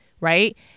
right